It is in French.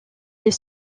les